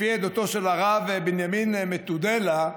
לפי עדותו של הרב בנימין מטודלה,